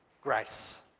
grace